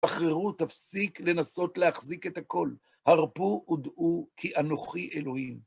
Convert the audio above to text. בחררו תפסיק לנסות להחזיק את הכל, הרפו ודעו כי אנוכי אלוהים.